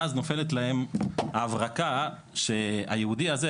ואז נופלת להם ההברקה שהיהודי הזה,